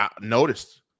noticed